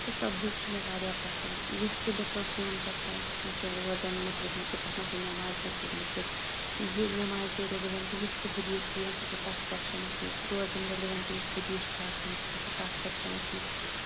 تہٕ سۄ بُک چھِ مےٚ واریاہ پَسند یُس تہِ بہٕ کانٛہہ کٲم چھَس کران تَتھ منٛز چھُ روزن مُتعلِق تَتھ منٛز چھُ نٮ۪مازِ مُتعلِق لٮ۪کھِتھ یہِ نٮ۪مازِ رٮ۪لِوٮ۪نٹ یُس تہِ حدیٖث چھُ یِوان سُہ چھُ تَتھ سٮ۪کشَنَس منٛز روزن رٮ۪لِوٮ۪نٛٹ یُس حٔدیٖث چھُ آسان سُہ چھُ تَتھ سٮ۪کشَنَس منٛز